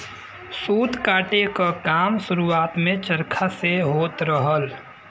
सूत काते क काम शुरुआत में चरखा से होत रहल